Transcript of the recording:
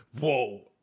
Whoa